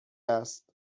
است